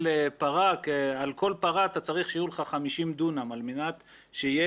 פרה ועל כל פרה אתה צריך שיהיו לך 50 דונם על מנת שיהיה